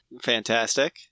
Fantastic